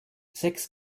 sechs